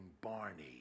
Barney